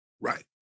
Right